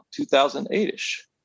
2008-ish